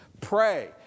Pray